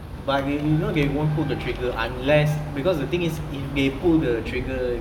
but really you know they won't pull the trigger unless because the thing is if they pull the trigger